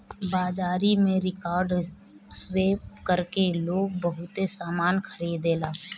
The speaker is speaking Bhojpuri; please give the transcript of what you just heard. बाजारी में कार्ड स्वैप कर के लोग बहुते सामना खरीदेला